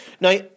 Now